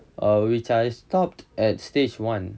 err which I stopped at stage one